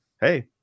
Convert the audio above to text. Hey